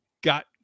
got